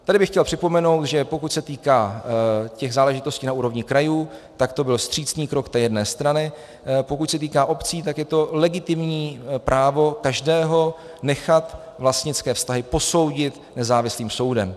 Tady bych chtěl připomenout, že pokud se týká těch záležitostí na úrovni krajů, byl to vstřícný krok té jedné strany, pokud se týká obcí, je to legitimní právo každého nechat vlastnické vztahy posoudit nezávislým soudem.